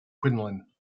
quinlan